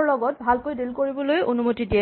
ৰ লগত ভালকৈ দিল কৰিবলৈ অনুমতি দিয়ে